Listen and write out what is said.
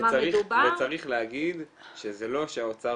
מדובר- - וצריך להגיד שזה לא שהאוצר